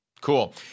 Cool